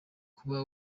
kuba